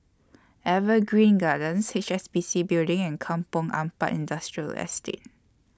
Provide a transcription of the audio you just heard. Evergreen Gardens H S B C Building and Kampong Ampat Industrial Estate